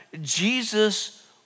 Jesus